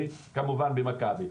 וכמובן במכבי.